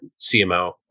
CMO